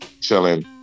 chilling